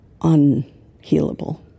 unhealable